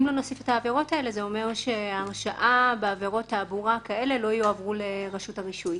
זה אומר שההרשעה בעבירות תעבורה כאלו לא יועברו לרשות הרישוי.